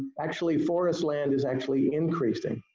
actually, forest land is actually increasing.